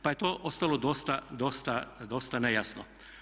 Pa je to ostalo dosta nejasno.